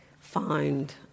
find